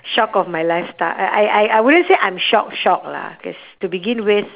shock of my lifestyle I I I I I wouldn't say I'm shocked shocked lah cause to begin with